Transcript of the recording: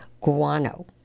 Guano